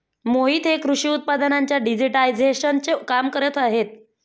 मोहित हे कृषी उत्पादनांच्या डिजिटायझेशनचे काम करत आहेत